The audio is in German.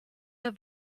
der